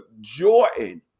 Jordan